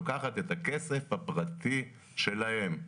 לוקחת את הכסף הפרטי שלהם,